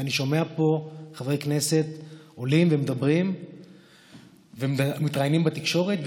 אני שומע פה חברי כנסת עולים ומדברים ומתראיינים בתקשורת,